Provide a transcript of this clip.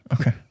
Okay